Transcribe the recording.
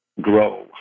grow